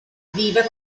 vive